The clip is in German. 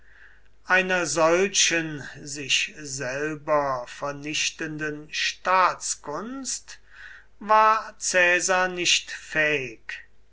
einer solchen sich selber vernichtenden staatskunst war caesar nicht fähig